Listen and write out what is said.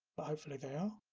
but hopefully they are